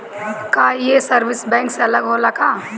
का ये service bank से अलग होला का?